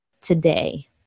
today